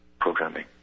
programming